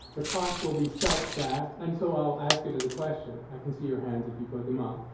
the cost will be such that, and so, i'll ask it as a question. i can see your hands if you put them up,